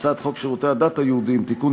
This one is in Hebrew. הצעת חוק שירותי הדת היהודיים (תיקון,